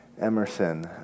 Emerson